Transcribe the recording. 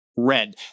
red